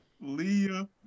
Leah